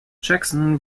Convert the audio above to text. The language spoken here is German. jackson